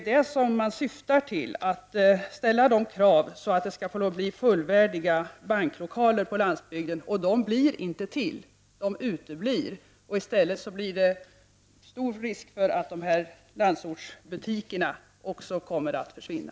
Vad man syftar till är att få till stånd fullvärdiga banklokaler på landsbygden, men de kommer inte till stånd. I stället blir det stor risk för att också landsortsbutikerna kommer att försvinna.